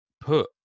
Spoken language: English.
put